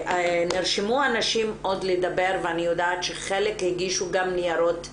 נרשמו עוד אנשים לדבר ואני יודעת שחלק הגישו גם ניירות עמדה.